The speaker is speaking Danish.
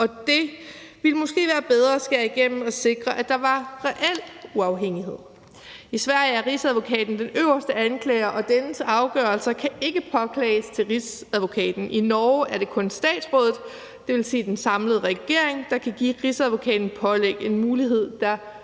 og det ville måske være bedre at skære igennem og sikre, at der var reel uafhængighed. I Sverige er rigsadvokaten den øverste anklager, og dennes afgørelser kan ikke påklages til rigsadvokaten. I Norge er det kun statsrådet, dvs. den samlede regering, der kan give rigsadvokaten pålæg – en mulighed, der